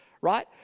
right